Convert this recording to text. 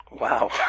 Wow